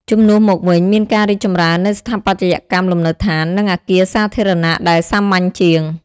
ជំនួសមកវិញ មានការរីកចម្រើននូវស្ថាបត្យកម្មលំនៅឋាន និងអគារសាធារណៈដែលសាមញ្ញជាង។